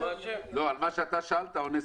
שאתה שאלת.